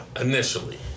initially